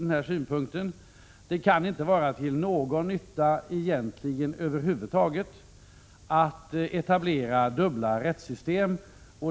Det kan egentligen inte vara till någon nytta över huvud taget att etablera dubbla rättssystem.